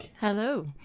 Hello